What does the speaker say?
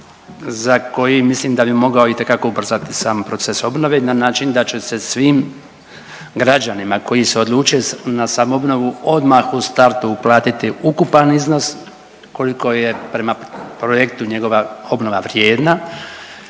za koji mislim da bi mogao itekako ubrzati sam proces obnove na način da će se svim građanima koji se odluče na samoobnovu odmah u startu uplatiti ukupan iznos koliko je prema projektu njegova obnova vrijedna